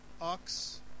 ox